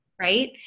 Right